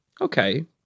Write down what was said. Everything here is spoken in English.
Okay